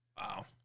Wow